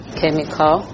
chemical